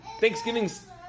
Thanksgiving's